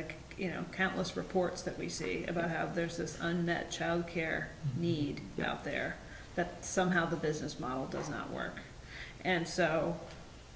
like you know countless reports that we see about have there's this unmet childcare need out there that somehow the business model does not work and so